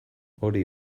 hori